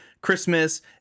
Christmas